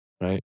Right